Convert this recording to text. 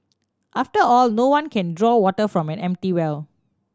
after all no one can draw water from an empty well